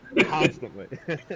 Constantly